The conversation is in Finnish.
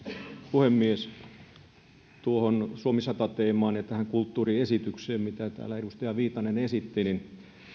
puhemies suomi sata teemaan ja tähän kulttuuriesitykseen mitä täällä edustaja viitanen esitti